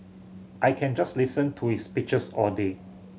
I can just listen to his speeches all day